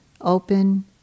open